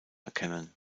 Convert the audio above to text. erkennen